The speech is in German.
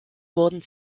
wurden